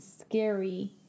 scary